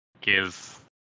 give